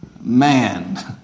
man